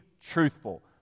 truthful